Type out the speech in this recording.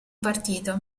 partito